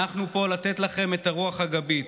אנחנו פה לתת לכם רוח גבית,